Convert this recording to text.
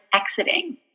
exiting